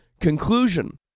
Conclusion